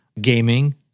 gaming